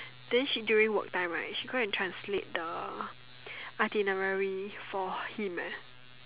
then she during work time right she go and translate the itinerary for him eh